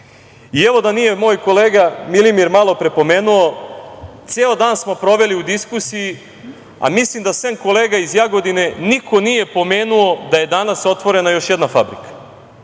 nije moj kolega Milimir malopre pomenuo, ceo dan smo proveli u diskusiji, a mislim da sem kolega iz Jagodine niko nije pomenuo da je danas otvorena još jedna fabrika.